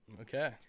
Okay